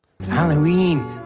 Halloween